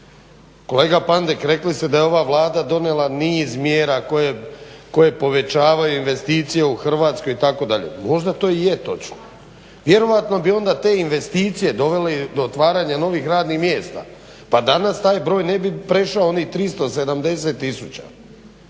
kolega Pandek rekli ste da je ova Vlada donijela niz mjera koje povećavaju investicije u Hrvatskoj itd. Možda to i je točno. Vjerojatno bi onda te investicije dovele i do otvaranja novih radnih mjesta pa danas taj broj ne bi prešao ni 370000.